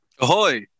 Ahoy